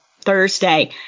Thursday